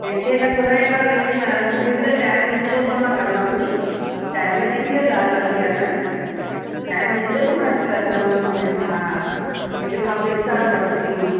कंहिंखे न घुराईंदो लेकिन हाणे मूंखे बि त टाइम मिलंदो त मां कंदमि नी टाइम जी बि त ॻाल्हि वॾी आहे न टाइम मिलंदो न मां करदम हा लेकिन मां पैसा वठंदी मां